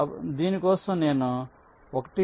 కాబట్టి దీని కోసం నేను 1